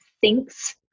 thinks